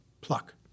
pluck